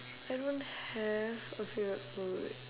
I don't have a favourite food